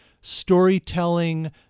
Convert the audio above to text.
storytelling